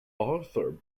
arthur